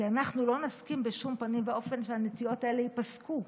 כי אנחנו לא נסכים בשום פנים ואופן שהנטיעות האלה ייפסקו.